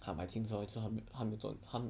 他买新车就是他他没有赚他